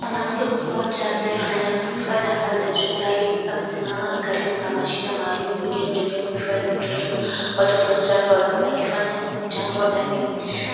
Mwanamke mmoja anayefanya kazi hospitali amesimama karibu na mashine maalum iliyotumiwa kuhifadhi mtoto. Watoto wachanga wakifanya jambo ndani